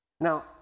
Now